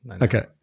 Okay